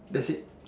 that's it